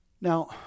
Now